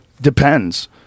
Depends